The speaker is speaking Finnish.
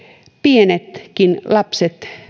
pienetkin lapset